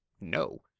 no